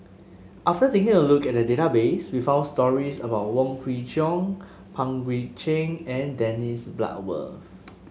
after taking a look at the database we found stories about Wong Kwei Cheong Pang Guek Cheng and Dennis Bloodworth